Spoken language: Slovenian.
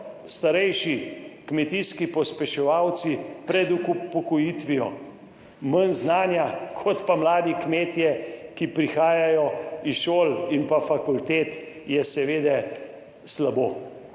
starejši kmetijski pospeševalci pred upokojitvijo manj znanja kot pa mladi kmetje, ki prihajajo iz šol in fakultet je seveda slabo